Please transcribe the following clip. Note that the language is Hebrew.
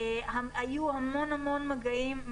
היו המון המון מגעים.